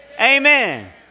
Amen